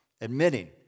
Admitting